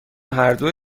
هردو